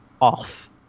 off